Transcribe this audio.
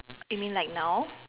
you mean like now